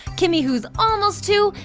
kimi who's almost two,